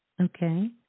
okay